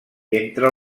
entre